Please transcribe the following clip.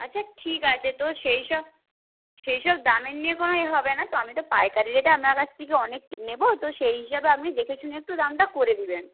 আচ্ছা ঠিক আছে তো সেই সব সেই সব দামের নিয়ে কোনো ইয়ে হবে না তো আমি তো পাইকারি রেটে আপনার কাছ থেকে অনেক নেব তো সেই হিসাবে আপনি দেখেশুনে একটু দামটা করে দেবেন